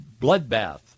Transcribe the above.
bloodbath